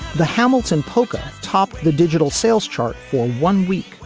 the hamiilton poca top the digital sales chart for one week,